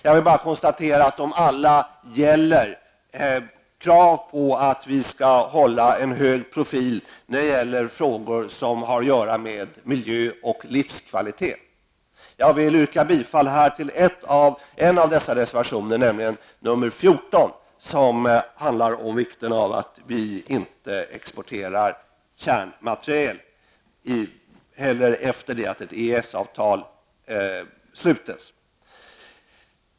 Jag vill bara konstatera att alla gäller krav på att vi skall hålla en hög profil när det gäller frågor som rör miljö och livskvalitet. Jag vill yrka bifall till en av dessa reservationer, nr 14, som handlar om vikten av att vi inte exporterar kärnteknologi efter det att ett EES-avtal slutits.